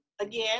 again